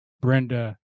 Brenda